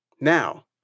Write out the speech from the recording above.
Now